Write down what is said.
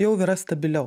jau yra stabiliau